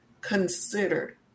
considered